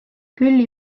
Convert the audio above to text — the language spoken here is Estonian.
küll